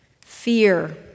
fear